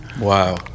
Wow